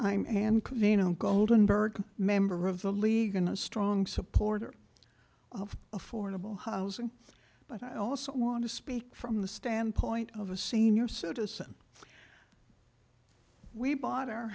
camino goldenberg member of the league and a strong supporter of affordable housing but i also want to speak from the standpoint of a senior citizen we bought our